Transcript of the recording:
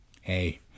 Hey